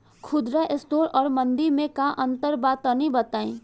खुदरा स्टोर और मंडी में का अंतर बा तनी बताई?